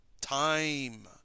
Time